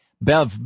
Bev